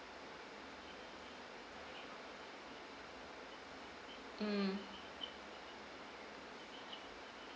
mm